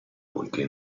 poiché